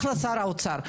אחלה שר אוצר.